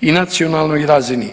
i nacionalnoj razini.